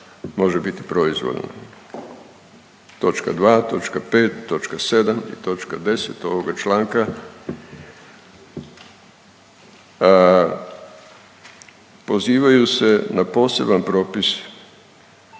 može biti proizvoljna. Toč. 2., toč. 5, toč. 7 i toč. 10 ovoga članka pozivaju se na poseban propis